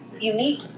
unique